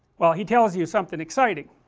well he tells you something exciting